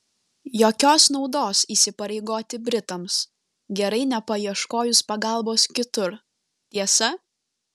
jokios naudos įsipareigoti britams gerai nepaieškojus pagalbos kitur tiesa